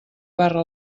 barra